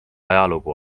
ajalugu